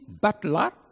butler